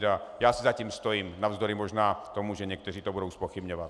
A já si za tím stojím, navzdory možná tomu, že někteří to budou zpochybňovat.